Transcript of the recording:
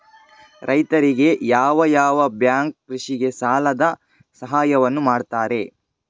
ರೈತರಿಗೆ ಯಾವ ಯಾವ ಬ್ಯಾಂಕ್ ಕೃಷಿಗೆ ಸಾಲದ ಸಹಾಯವನ್ನು ಮಾಡ್ತದೆ?